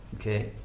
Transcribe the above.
Okay